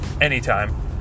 anytime